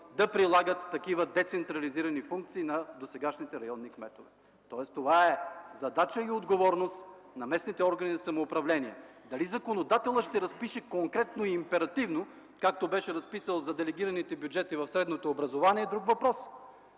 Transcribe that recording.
да прилагат такива децентрализирани функции на досегашните районните кметове. Това е задача и отговорност на местните органи за самоуправление. Дали законодателят ще разпише конкретно и императивно, както беше разписал за делегираните бюджети в средното образование, е друг въпрос.